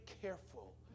careful